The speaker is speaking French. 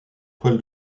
toile